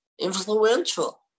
influential